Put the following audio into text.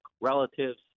relatives